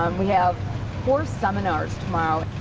um we have four seminars tomorrow.